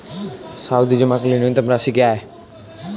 सावधि जमा के लिए न्यूनतम राशि क्या है?